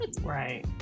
right